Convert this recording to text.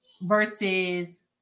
versus